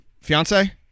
Fiance